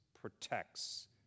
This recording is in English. protects